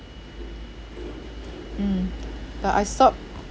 mm but I stop